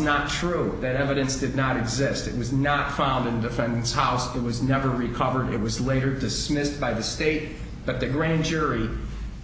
not true that evidence did not exist it was not found in the friend's house that was never recovered it was later dismissed by the state but the grand jury